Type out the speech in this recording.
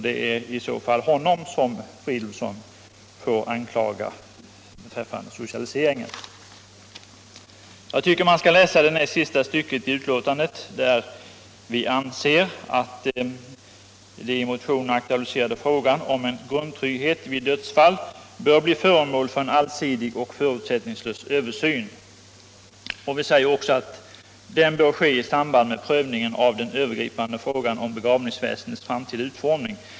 Det är i så fall honom som herr Fridolfsson får anklaga för socialisering. Jag tycker att man bör läsa det näst sista stycket i betänkandet, där utskottet framhåller att den i motionerna aktualiserade frågan om en grundtrygghet vid dödsfall bör bli föremål för allsidig och förutsättningslös översyn. Vi säger också att den översynen bör ske i samband med prövningen av den övergripande frågan om begravningsväsendets framtida utformning.